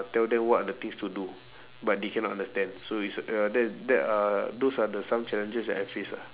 tell them what are the things to do but they cannot understand so it's uh that that are those are the some challenges that I face ah